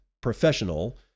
professional